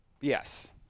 Yes